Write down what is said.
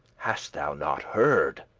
hast thou not heard,